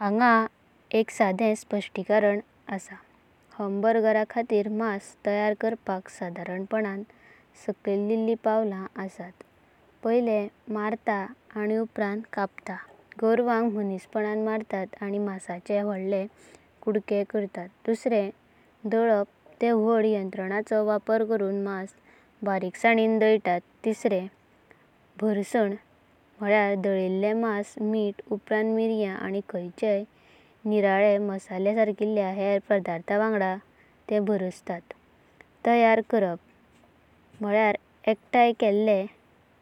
चपाष्टिका म्हळयार खावपाखातीरा वापरपाचोय काडायो। चपाष्टिका हे उपेगा ऐशियाये जेवणाचें खासा करून प्रतिनिधीतव करपाका करून येता। तशेच सुशी वा हेरा पदार्थ खावपाची एत्सा दाखोवापाक तांचो उपेगा करून येता। जातुना चपाष्टिका जाय पडता। ते भायर तांचो उपेगा संभाळा वा अशिया खंडांत भोंवापाचे प्रतीक मून करून येता। तशेच लव लव आणी मनातल्यांव जेवापाचोपाष्टिका लव लव आणी मनातल्यांव जेवापाका प्रोत्साहन देता। जाका लागुना जेवणाचो आनाभव चड खोसी आणी दादोशी पानन जेवपाक शकता। तशेच कांतेया आणी सुरी वापरथ सोपिकांते। आणी सुरी हे वापरथ चड करुणा चपाष्टिका परास सोपी असता खासा करुणा चपाष्टिका वापरपाचो